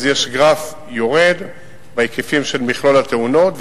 אז יש גרף יורד בהיקפים של מכלול התאונות,